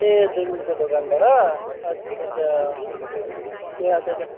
ए दोकानबाट अच्छा अच्छा ए अच्छा